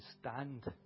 stand